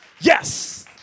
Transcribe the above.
Yes